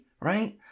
right